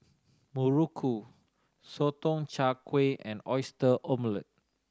muruku Sotong Char Kway and Oyster Omelette